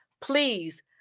Please